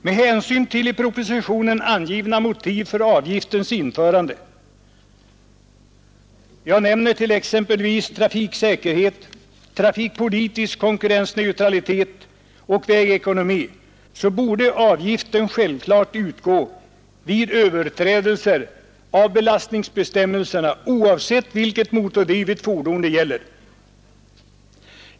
Med hänsyn till i propositionen angivna motiv för avgiftens införande — jag nämner t.ex. trafiksäkerhet, trafikpolitisk konkurrensneutralitet och vägekonomi — borde avgiften självklart utgå vid överträdelser av belastningsbestämmelserna oavsett vilket motordrivet fordon det gäller.